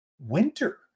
winter